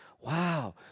Wow